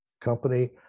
company